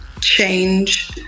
change